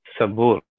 Sabur